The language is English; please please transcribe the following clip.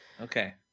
Okay